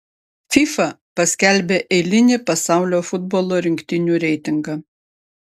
fifa paskelbė eilinį pasaulio futbolo rinktinių reitingą